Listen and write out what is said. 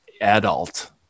adult